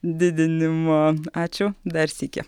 didinimo ačiū dar sykį